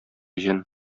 җен